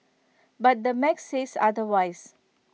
but the math says otherwise